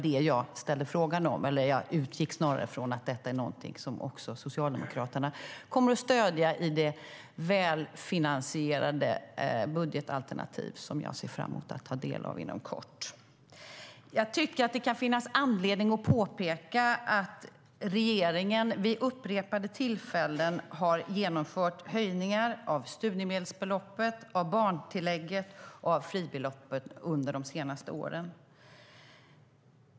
Det utgår jag från att också Socialdemokraterna kommer att stödja i det välfinansierade budgetalternativ som jag ser fram emot att få ta del av inom kort. Det kan finnas anledning att påpeka att regeringen vid upprepade tillfällen de senaste åren har genomfört höjningar av studiemedelsbeloppet, barntillägget och fribeloppet.